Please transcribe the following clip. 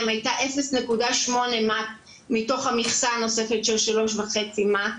הייתה 0.8 מ"ר מתוך המכסה הנוספת של 3.5 מ"ק,